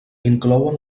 inclouen